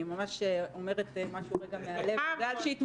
אני ממש אומרת רגע משהו מהלב -- בכבוד.